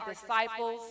disciples